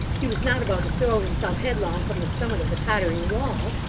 he was not about to throw himself headlong from the summit of the tottering wall.